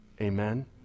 Amen